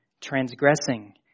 transgressing